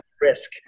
risk